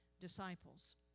disciples